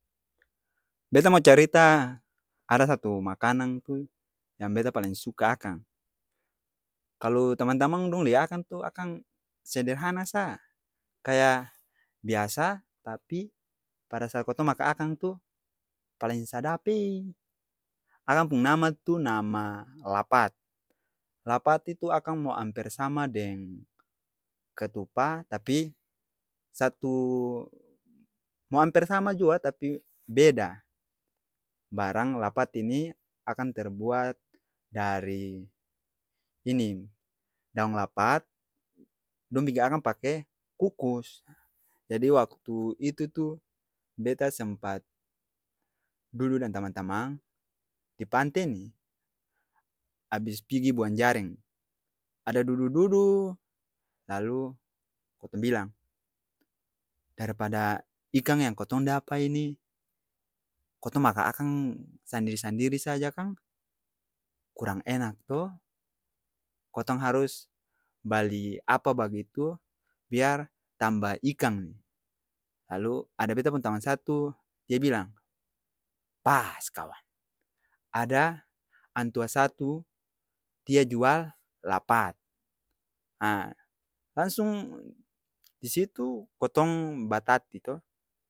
Beta mau carita ada satu makanang tu yang beta paleng suka akang. Kalu tamang-tamang dong lia akang tu, akang, sederhana saa kaya, biasa, tapi, pada saat kotong makang akang tu, paleng sadap eee. Akang pung nama tu nama lapat. Lapat itu akang mau amper sama deng ketupa, tapi, satu mau amper sama jua tapi. beda. Barang lapat ini akang terbuat dari, ini daong lapat, dong biking akang pake, kukus, jadi waktu itu tu, beta sempat, dudu dan tamang-tamang di pante ni, abis pigi buang jareng, ada dudu-dudu lalu, kotong bilang, daripada ikang yang kotong dapa ini, kotong makang akang sandiri-sandiri saja kang, kurang enak too kotong harus, bali apa bagitu, biar tamba ikang. Lalu ada beta pung tamang satu, dia bilang, pass kawan, ada antua satu, dia jual lapat. aa langsung di situ, kotong batati to.